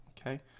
Okay